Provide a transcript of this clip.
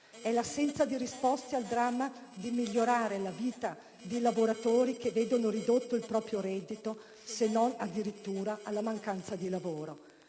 È l'assenza di risposte al dramma di migliaia di lavoratori che vedono ridotto il proprio reddito se non addirittura la mancanza di lavoro.